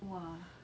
!wah!